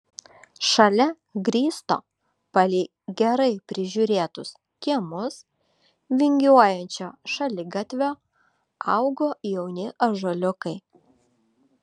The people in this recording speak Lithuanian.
šalia grįsto palei gerai prižiūrėtus kiemus vingiuojančio šaligatvio augo jauni ąžuoliukai